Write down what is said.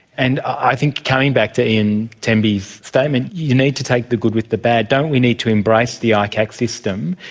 and i think, coming back to ian temby's statement, you need to take the good with the bad. don't we need to embrace the icac system,